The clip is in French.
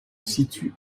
situe